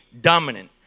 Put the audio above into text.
dominant